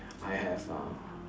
I have uh